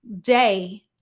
day